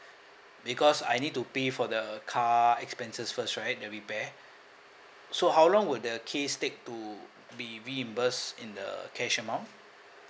because I need to pay for the car expenses first right the repair so how long would the case take to be reimbursed in the cash amount